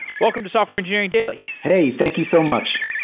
welcome to software engineering daily. hey, thank you so much.